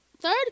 third